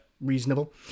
reasonable